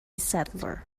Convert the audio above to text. settler